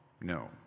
No